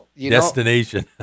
destination